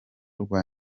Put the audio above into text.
rwa